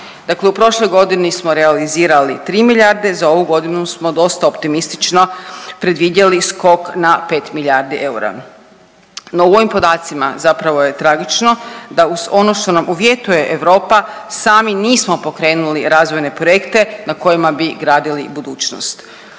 Dakle u prošloj godini smo realizirali 3 milijarde, za ovu godinu smo dosta optimistično predvidjeli skok na 5 milijardi eura. No u ovim podacima zapravo je tragično da uz ono što nam uvjetuje Europa sami nismo pokrenuli razvojne projekte na kojima bi gradili budućnost.